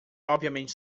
obviamente